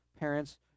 parents